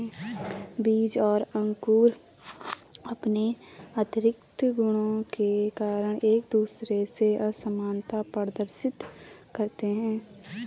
बीज और अंकुर अंपने आतंरिक गुणों के कारण एक दूसरे से असामनता प्रदर्शित करते हैं